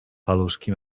paluszki